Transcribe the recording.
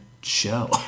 show